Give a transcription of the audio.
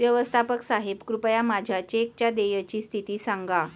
व्यवस्थापक साहेब कृपया माझ्या चेकच्या देयची स्थिती सांगा